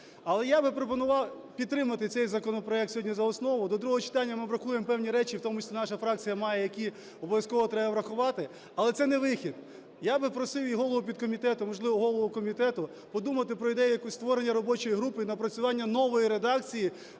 Але я би пропонував підтримати цей законопроект сьогодні за основу. До другого читання ми врахуємо певні речі, і в тому числі наша фракція має, які обов'язково треба врахувати. Але це не вихід. Я би просив і голову підкомітету, можливо, голову комітету подумати про ідею створення робочої групи і напрацювання нової редакції